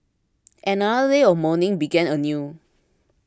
and another day of mourning began anew